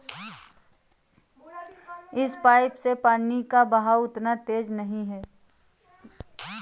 इस पाइप से पानी का बहाव उतना तेज नही है